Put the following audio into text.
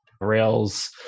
Rails